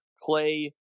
Clay